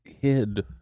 hid